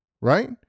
right